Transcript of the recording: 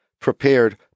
prepared